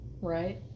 Right